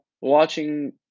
watching